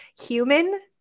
human